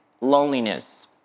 loneliness